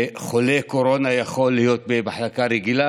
וחולה קורונה יכול להיות במחלקה רגילה